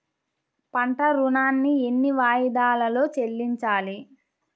పంట ఋణాన్ని ఎన్ని వాయిదాలలో చెల్లించాలి?